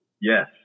Yes